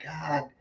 God